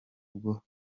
bwo